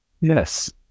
Yes